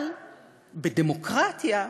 אבל בדמוקרטיה,